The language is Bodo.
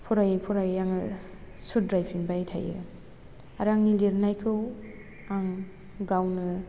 फरायै फरायै आङो सुद्रायफिनबाय थायो आरो आंनि लिरनायखौ आं गावनो